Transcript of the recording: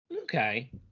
Okay